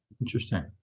interesting